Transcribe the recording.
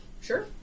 Sure